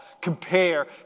compare